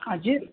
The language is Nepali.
हजुर